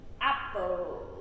apple